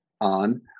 on